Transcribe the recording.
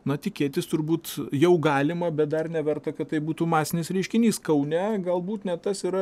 na tikėtis turbūt jau galima bet dar neverta kad tai būtų masinis reiškinys kaune galbūt net tas yra